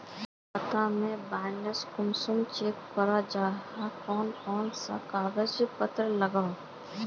खाता में बैलेंस कुंसम चेक करे जाय है कोन कोन सा कागज पत्र लगे है?